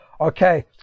Okay